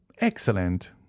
excellent